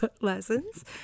lessons